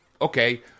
Okay